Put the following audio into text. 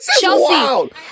Chelsea